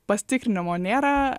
pasitikrinimo nėra